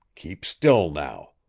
keep still now.